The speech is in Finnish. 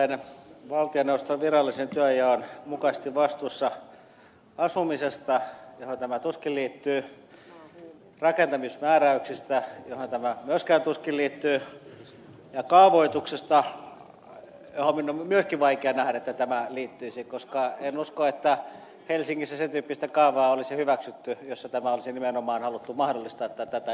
olen valtioneuvoston virallisen työnjaon mukaisesti vastuussa asumisesta johon tämä tuskin liittyy rakentamismääräyksistä johon tämä myöskään tuskin liittyy ja kaavoituksesta johon minun on myöskin vaikea nähdä että tämä liittyisi koska en usko että helsingissä sen tyyppistä kaavaa olisi hyväksytty jossa tämä olisi nimenomaan haluttu mahdollistaa tai tätä edistää